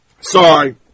Sorry